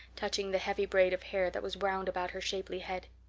touching the heavy braid of hair that was wound about her shapely head.